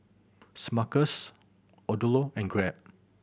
Smuckers Odlo and Grab